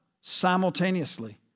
simultaneously